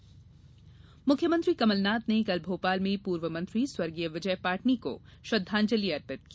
कमलनाथ पाटनी मुख्यमंत्री कमलनाथ ने कल भोपाल में पूर्व मंत्री स्वर्गीय विजय पाटनी को श्रद्वांजलि अर्पित की